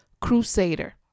crusader